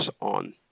on